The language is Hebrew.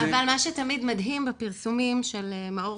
אבל מה שתמיד מדהים בפרסומים של מאור